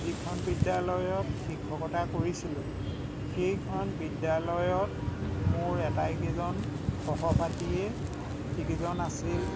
যিখন বিদ্যালয়ত শিক্ষকতা কৰিছিলোঁ সেইখন বিদ্যালয়ত মোৰ এটাইকেইজন সহপাঠিয়েই যিকেইজন আছিল